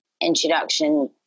introduction